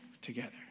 together